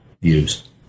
views